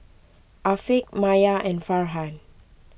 Afiq Maya and Farhan